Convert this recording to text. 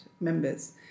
members